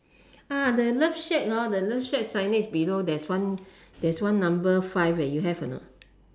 ah the love shack hor the love shack signage below there's one there's one number five eh you have or not